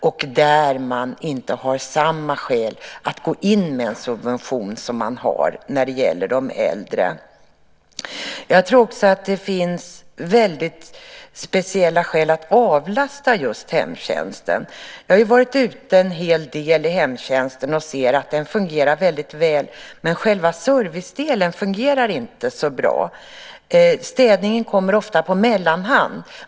Där har man inte samma skäl att gå in med en subvention som man har när det gäller de äldre. Jag tror också att det finns väldigt speciella skäl att avlasta just hemtjänsten. Jag har varit ute en hel del i hemtjänsten och sett att den fungerar väldigt väl, men själva servicedelen fungerar inte så bra. Städningen kommer ofta på mellanhand.